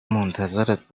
منتظرت